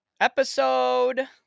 Episode